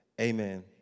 amen